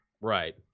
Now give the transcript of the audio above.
right